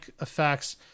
effects